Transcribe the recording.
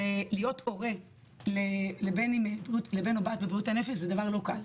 להיות הורה לבן או בת עם בעיות בבריאות הנפש זה לא קל.